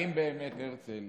האם באמת הרצל,